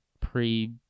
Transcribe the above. pre